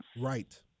Right